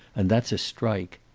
and that's a strike.